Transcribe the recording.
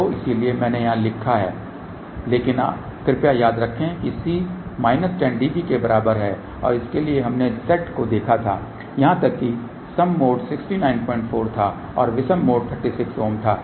तो इसीलिए मैंने वहां लिखा था लेकिन कृपया याद रखें कि C माइनस 10 dB के बराबर है और इसके लिए हमने Z को देखा था यहां तक कि सम मोड 694 था और विषम मोड 36 ओम था